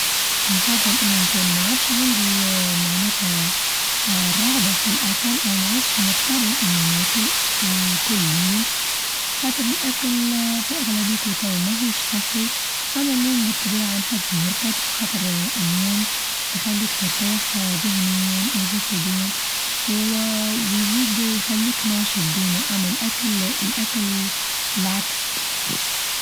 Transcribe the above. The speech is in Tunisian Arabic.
نفظل إنى نكون ما عادش عندي آآ معناتها آآ الرغبة في الأكل أو ما عادش مضطرة إني ناكل آآ كل يوم، خاطر الاكل آآ في أغلبيتو توا ماهوش صحي، أما النوم بالطبيعة نحب نرقد لخاطر آآ النوم يخليك ترتاح آآ ذهنيا وچسديا و ويزيد يخليك ناشط ديما أما الأكل-الأكل العكس.